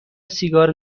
سیگار